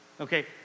okay